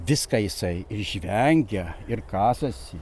viską jisai ir žvengia ir kasosi